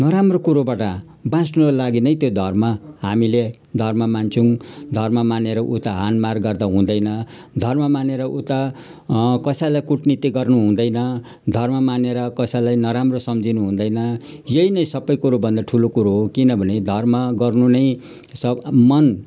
नराम्रो कुरोबाट बाँच्नुको लागि नै त्यो धर्म हामीले धर्म मान्छौँ धर्म मानेर उता हानमान गरेर हुँदैन धर्म मानेर उता कसैलाई कुटनीति गर्नु हुँदैन धर्म मानेर कसैलाई नराम्रो सम्झिनु हुँदैन यही नै सबै कुरो भन्दा ठुलो ठुलो कुरो हो किनभने धर्म गर्नु नै सब मन